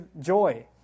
joy